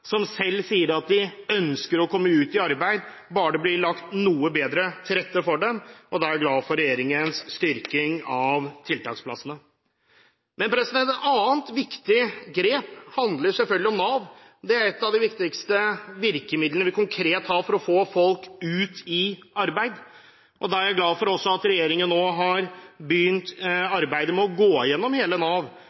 som selv sier at de ønsker å komme ut i arbeid bare det blir lagt noe bedre til rette for dem. Da er jeg glad for regjeringens styrking av tiltaksplassene. Et annet viktig grep handler selvfølgelig om Nav. Det er et av de viktigste virkemidlene vi konkret har for å få folk ut i arbeid. Da er jeg også glad for at regjeringen nå har begynt arbeidet med å gå gjennom hele Nav